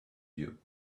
you